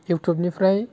इउटुबनिफ्राइ